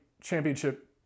championship